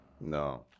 no